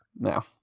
No